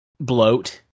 bloat